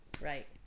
Right